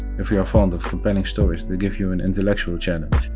if you are fond of compelling stories that give you an intellectual challenge,